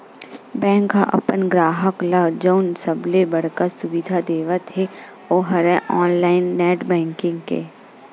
bank ह अपन गराहक ल जउन सबले बड़का सुबिधा देवत हे ओ हरय ऑनलाईन नेट बेंकिंग के